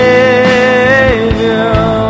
Savior